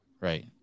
Right